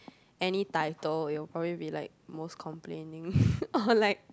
any title it will probably be like most complaining or like